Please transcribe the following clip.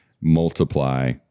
multiply